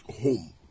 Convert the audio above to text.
home